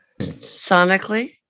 Sonically